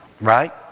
Right